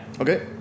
Okay